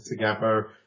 together